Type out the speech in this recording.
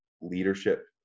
leadership